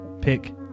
pick